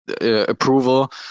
approval